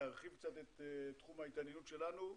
להרחיב את תחום ההתעניינות שלנו,